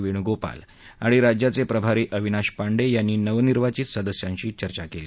वेणूगोपाल आणि राज्याचे प्रभारी अविनाश पांडे यांनी नवनिर्वाचित सदस्यांशी चर्चा केली